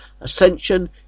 ascension